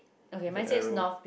that arrow